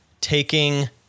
taking